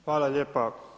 Hvala lijepa.